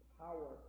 power